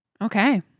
Okay